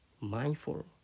mindful